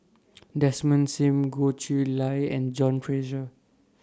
Desmond SIM Goh Chiew Lye and John Fraser